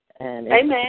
Amen